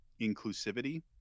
inclusivity